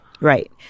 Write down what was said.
Right